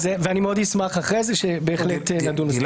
אני מאוד אשמח שנדון בזה אחר כך.